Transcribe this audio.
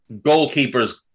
Goalkeepers